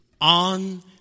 on